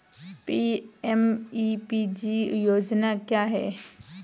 PMEPG योजना क्या है?